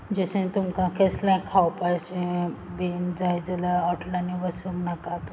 जशें तुमकां केसलें खावपाचें बीन जाय जाल्या हॉटेलांनी वसूंक नाका तूं